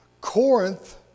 Corinth